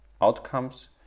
outcomes